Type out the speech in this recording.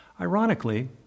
Ironically